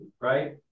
right